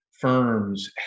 firms